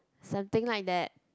something like that